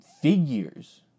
figures